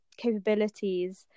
capabilities